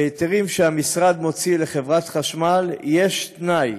בהיתרים שהמשרד מוציא לחברת חשמל יש תנאי